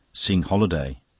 sing holiday!